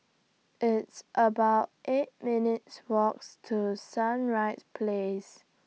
It's about eight minutes' Walks to Sunrise Place